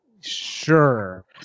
Sure